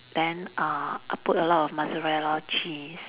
then uh I put a lot of mozzarella cheese